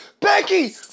Becky